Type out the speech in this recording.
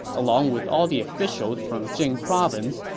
along with all the officials from jing province,